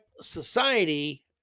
society